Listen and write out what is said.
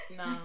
no